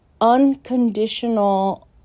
unconditional